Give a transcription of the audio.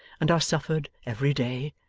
and are suffered every day!